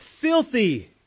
filthy